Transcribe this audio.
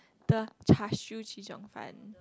the char siew chee cheong fun